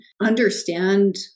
understand